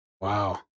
Wow